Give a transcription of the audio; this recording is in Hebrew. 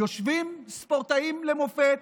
יושבים ספורטאים למופת,